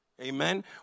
amen